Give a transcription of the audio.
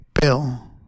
Bill